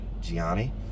gianni